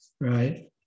right